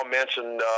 mentioned